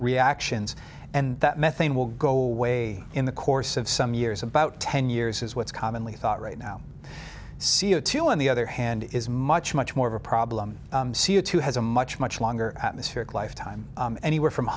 reactions and that methane will go away in the course of some years about ten years is what's commonly thought right now c o two on the other hand is much much more of a problem c o two has a much much longer atmospheric lifetime anywhere from